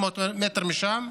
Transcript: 500 מטר משם,